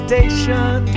Station